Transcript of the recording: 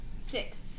six